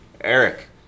Eric